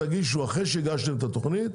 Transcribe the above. אחרי שהגשתם את התוכנית,